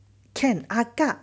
can agak